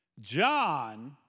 John